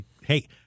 hey